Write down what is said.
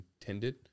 intended